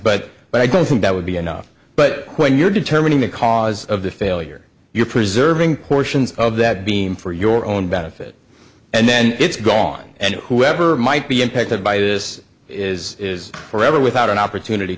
but but i don't think that would be enough but when you're determining the cause of the failure you're preserving portions of that beam for your own benefit and then it's gone and whoever might be impacted by this is is forever without an opportunity